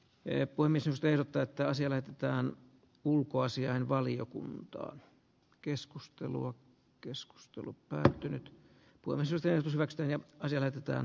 ne voimisusten täyttää sille mitään ulkoasiainvaliokuntaa keskustelua keskustelu päättynyt kuvasi sen mielestäni asia otetaan